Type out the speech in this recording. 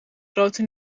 grote